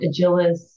Agilis